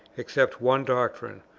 except one doctrine,